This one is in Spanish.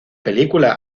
película